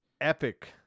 epic